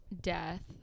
death